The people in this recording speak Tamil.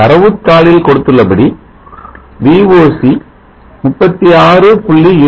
தரவுதாளில் கொடுத்துள்ளபடி Voc 36